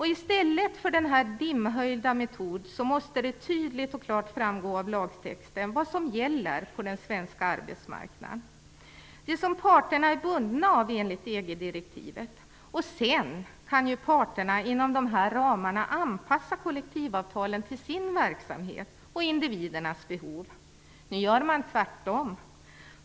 I stället för denna dimhöljda metod måste det tydligt och klart framgå av lagtexten vad som gäller på den svenska arbetsmarknaden, vad parterna är bundna av enligt EG-direktivet. Sedan kan parterna inom de här ramarna anpassa kollektivavtalen till sin verksamhet och individernas behov. Nu gör man tvärtom.